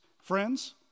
Friends